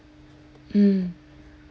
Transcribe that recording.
mm